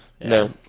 no